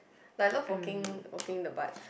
like I love working working the butt